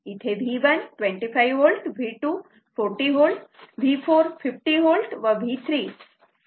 तर इथे V1 25 V V240 V आणि V4 50 V व V3 45 volt आहे